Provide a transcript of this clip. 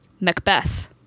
macbeth